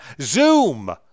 zoom